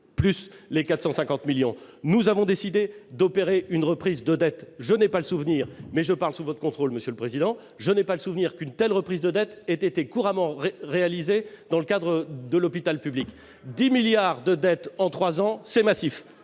plus les 450 millions d'euros, nous avons décidé d'opérer une reprise de dette. Je n'ai pas le souvenir, mais je parle sous votre contrôle, monsieur le président Milon, qu'une telle reprise de dette ait été couramment réalisée dans le cadre de l'hôpital public : 10 milliards d'euros de dettes en trois ans, c'est massif.